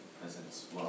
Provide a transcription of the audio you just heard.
presence